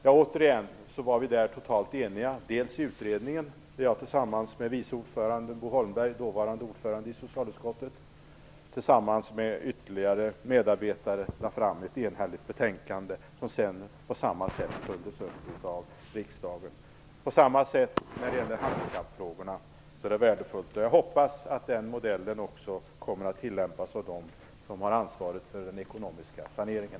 Vi var där återigen totalt eniga i utskottet och i utredningen, där jag och vice ordförande Bo Holmberg, dåvarande ordförande i socialutskottet, tillsammans med ytterligare medarbetare lade fram ett enhälligt betänkande, som sedan på samma sätt följdes upp av riksdagen. Det var på samma sätt när det gäller handikappfrågorna, och det var värdefullt. Jag hoppas att den modellen också kommer att tillämpas av dem som har ansvaret för den ekonomiska saneringen.